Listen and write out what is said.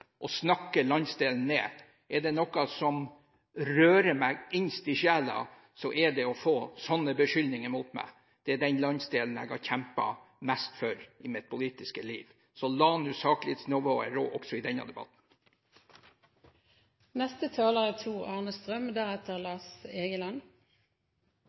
å snakke landsdelen ned. Er det noe som rører meg innerst i sjelen, så er det å få sånne beskyldninger mot meg. Det er den landsdelen jeg har kjempet mest for i mitt politiske liv. La nå saklighetsnivået rå også i denne